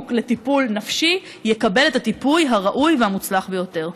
לטיפול נפשי יקבל את הטיפול הראוי והמוצלח ביותר.